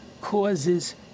causes